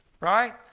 right